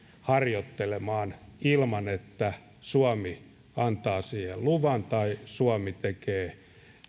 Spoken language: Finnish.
harjoittelemaan ilman että suomi antaa siihen luvan tai suomi tekee